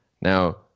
Now